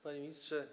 Panie Ministrze!